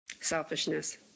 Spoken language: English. Selfishness